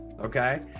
okay